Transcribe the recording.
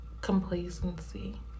complacency